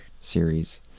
series